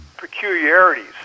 peculiarities